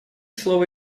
слово